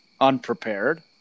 unprepared